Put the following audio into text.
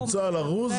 זה שבתפזורת.